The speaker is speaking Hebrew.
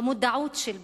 במודעות של בית-המחוקקים,